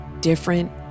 different